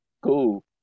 cool